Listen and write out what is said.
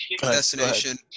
Destination